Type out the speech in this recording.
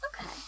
okay